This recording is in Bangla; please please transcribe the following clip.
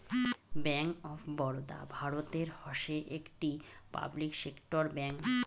ব্যাঙ্ক অফ বরোদা ভারতের হসে একটি পাবলিক সেক্টর ব্যাঙ্ক